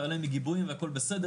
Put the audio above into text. תעלה מגיבויים והכול בסדר,